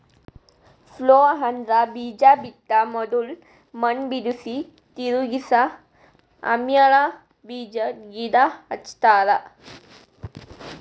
plough ಅಂದ್ರ ಬೀಜಾ ಬಿತ್ತ ಮೊದುಲ್ ಮಣ್ಣ್ ಬಿಡುಸಿ, ತಿರುಗಿಸ ಆಮ್ಯಾಲ ಬೀಜಾದ್ ಗಿಡ ಹಚ್ತಾರ